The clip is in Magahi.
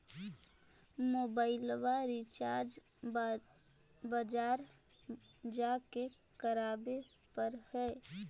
मोबाइलवा रिचार्ज बजार जा के करावे पर है?